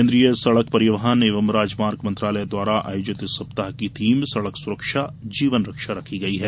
केन्द्रीय सड़क परिवहन एवं राजमार्ग मंत्रालय द्वारा आयोजित इस सप्ताह की थीम सड़क सुरक्षा जीवन रक्षा रखी गई है